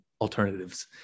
alternatives